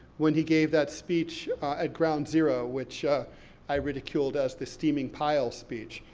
when he gave that speech at ground zero, which i ridiculed as the steaming pile speech,